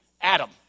Adam